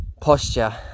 posture